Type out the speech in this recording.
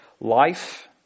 life